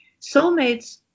Soulmates